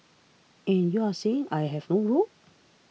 and you are saying I have no role